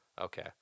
okay